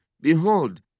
Behold